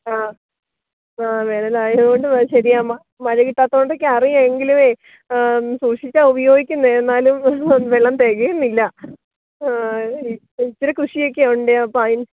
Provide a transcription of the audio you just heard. ആ വേനലായത് കൊണ്ട് ശെരിയാണ് മഴ കിട്ടാത്തത് കൊണ്ട് ഒക്കെ അറിയാം എങ്കിലും സൂക്ഷിച്ചാണ് ഉപയോഗിക്കുന്നത് എന്നാലും വെള്ളം തികയുന്നില്ല ഇച്ചിരി കൃഷിയൊക്കെ ഉണ്ട് അപ്പോൾ